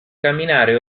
camminare